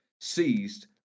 seized